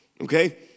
okay